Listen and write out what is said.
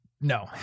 No